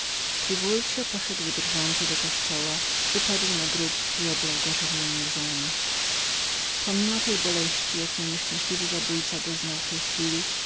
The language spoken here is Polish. triwuld drżący poszedł do kościoła upadł na grób i oblał go rzewnemi łzami pomimo całej boleści jakiej nieszczęśliwy zabójca doznał w tej chwili